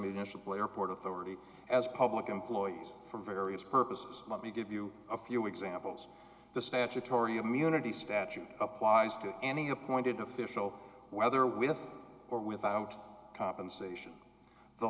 municipal airport authority as public employees for various purposes let me give you a few examples the statutory immunity statute applies to any appointed official whether with or without compensation the